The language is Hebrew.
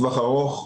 טווח ארוך.